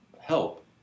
help